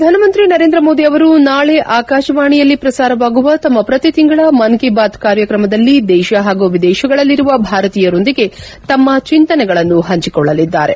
ಪ್ರಧಾನಮಂತ್ರಿ ನರೇಂದ್ರ ಮೋದಿ ಅವರು ನಾಳೆ ಆಕಾಶವಾಣಿಯಲ್ಲಿ ಪ್ರಸಾರವಾಗುವ ತಮ್ಮ ಪ್ರತಿ ತಿಂಗಳ ಮನ್ ಕೀ ಬಾತ್ ಕಾರ್ಯಕ್ರಮದಲ್ಲಿ ದೇಶ ಹಾಗೂ ವಿದೇಶಗಳಲ್ಲಿರುವ ಭಾರತೀಯರೊಂದಿಗೆ ತಮ್ನ ಚಿಂತನೆಗಳನ್ನು ಹಂಚಿಕೊಳ್ಳಲಿದ್ದಾರೆ